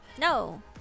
No